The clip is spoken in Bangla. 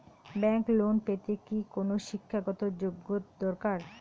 ব্যাংক লোন পেতে কি কোনো শিক্ষা গত যোগ্য দরকার?